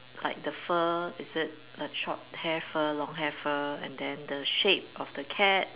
like the fur is it a short hair fur long hair fur and then the shape of the cat